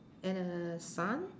and a sun